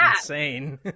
insane